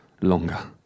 longer